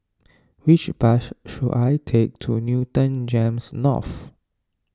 which bus should I take to Newton Gems North